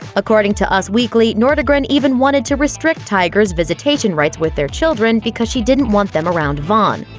according to us weekly, nordegren even wanted to restrict tiger's visitation rights with their children because she didn't want them around vonn.